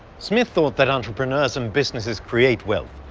smith thought that entrepreneurs and businesses create wealth,